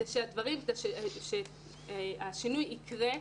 כי כדי שהשינוי יקרה,